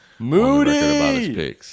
Moody